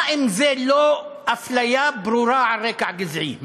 מה זה אם לא אפליה ברורה על רקע גזעי?